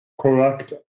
Correct